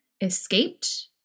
escaped